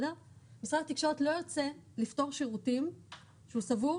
שמשרד התקשורת לא ירצה לפטור שירותים שהוא סבור